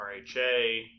RHA